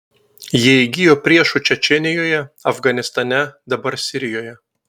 jie įgijo priešų čečėnijoje afganistane dabar sirijoje